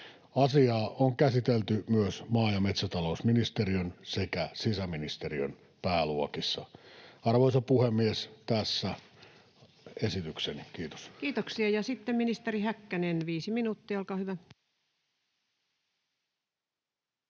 Asiaa on käsitelty myös maa- ja metsätalousministeriön sekä sisäministeriön pääluokissa. — Arvoisa puhemies, tässä esitykseni. Kiitos. [Speech 280] Speaker: Ensimmäinen varapuhemies Paula